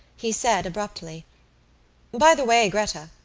he said abruptly by the way, gretta!